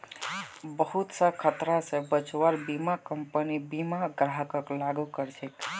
बहुत स खतरा स बचव्वार बीमा कम्पनी बीमा ग्राहकक लागू कर छेक